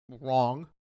wrong